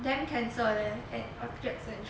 damn cancer leh at orchard central